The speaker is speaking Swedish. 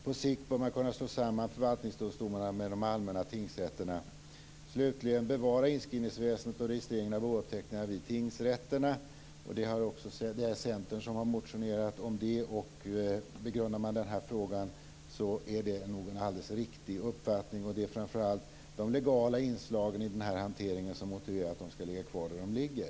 På sikt bör man kunna slå samman förvaltningsdomstolarna med de allmänna tingsrätterna. Slutligen bör vi bevara inskrivningsväsendet och registrering av bouppteckningar vid tingsrätterna. Det är Centern som har motionerat om det. Det är nog en alldeles riktig uppfattning. Det är framför allt de legala inslagen i den här hanteringen som motiverar att de skall ligga kvar där de ligger.